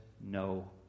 no